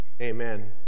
amen